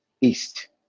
east